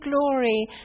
glory